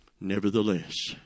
Nevertheless